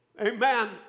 amen